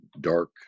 dark